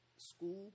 school